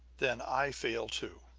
then i fail too!